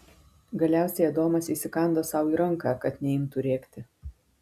galiausiai adomas įsikando sau į ranką kad neimtų rėkti